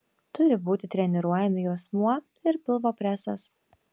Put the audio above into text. turi būti treniruojami juosmuo ir pilvo presas